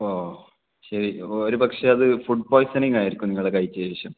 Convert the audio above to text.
ഓ ശരി ഒരു പക്ഷെ അത് ഫുഡ് പോയ്സണിങ്ങായിരിക്കും നിങ്ങൾ കഴിച്ചതിനു ശേഷം